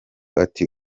ati